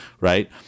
right